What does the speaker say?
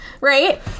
right